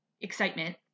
excitement